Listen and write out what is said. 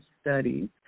Studies